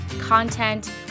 content